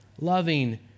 loving